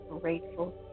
grateful